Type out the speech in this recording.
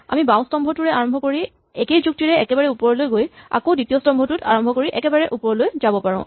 আমি বাওঁ স্তম্ভটোৰে আৰম্ভ কৰি একেই যুক্তিৰে একেবাৰে ওপৰলৈ গৈ আকৌ দ্বিতীয় স্তম্ভটোত আৰম্ভ কৰি একেবাৰে ওপৰলৈ যাব পাৰো